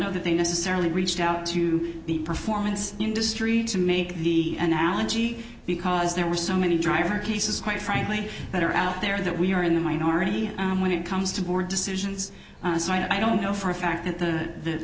know that they necessarily reached out to the performance industry to make the analogy because there are so many drivers he says quite frankly that are out there that we're in the minority when it comes to board decisions and i don't know for a fact that the